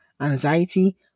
anxiety